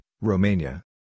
Romania